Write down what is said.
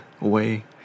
away